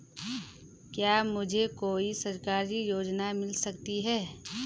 क्या मुझे कोई सरकारी योजना मिल सकती है?